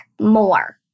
more